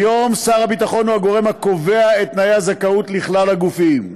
כיום שר הביטחון הוא הגורם הקובע את תנאי הזכאות לכלל הגופים.